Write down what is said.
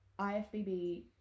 IFBB